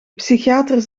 psychiater